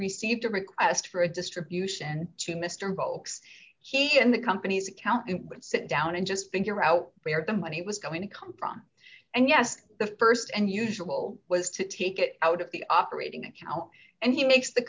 received a request for a distribution to mr bokes he and the company's accountant would sit down and just figure out where the money was going to come from and yes the st and usual was to take it out of the operating a cow and he makes the